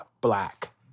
black